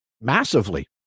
Massively